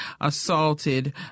assaulted